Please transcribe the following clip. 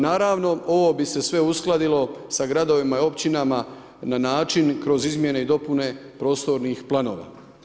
Naravno ovo bi se sve uskladilo sa gradovima i općinama na način kroz izmjene i dopune prostornih planova.